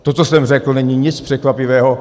To, co jsem řekl, není nic překvapivého.